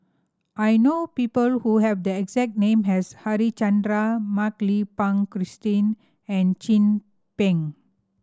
I know people who have the exact name as Harichandra Mak Lai Peng Christine and Chin Peng